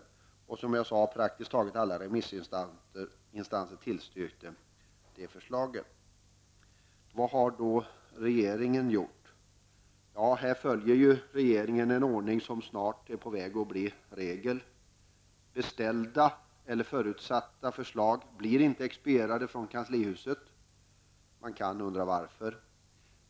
Som jag sade tillstyrkte praktiskt taget alla remissinstanser det förslaget. Vad har regeringen gjort? Här följer regeringen en ordning som är på väg att bli regel: Beställda eller förutsatta förslag blir inte expedierade från kanslihuset. Man kan undra varför.